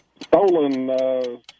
Stolen